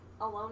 alone